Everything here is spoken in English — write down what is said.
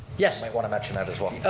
yeah might want to mention that as well.